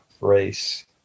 race